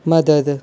मदद